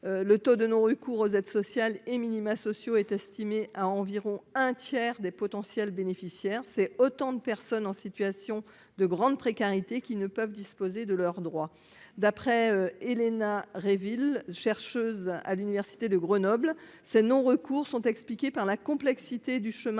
le taux de non-recours aux aides sociales et minima sociaux est estimée à environ un tiers des potentiels bénéficiaires, c'est autant de personnes en situation de grande précarité qui ne peuvent disposer de leurs droits, d'après Helena Réville, chercheuse à l'université de Grenoble c'est non recours sont expliquées par la complexité du chemin